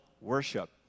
worship